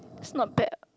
it's not bad